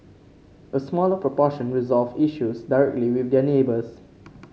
a smaller proportion resolved issues directly with their neighbours